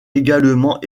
également